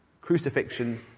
crucifixion